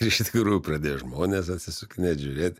ir iš tikrųjų pradėjo žmonės atsisukinėt žiūrėt